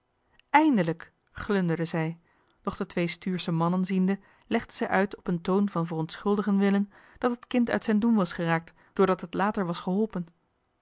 eindelijk glunderde zij doch de twee norsche mannen ziende legde zij uit op een toon van verontschuldigen willen dat het kind overstuur was geraakt doordat het later was geholpen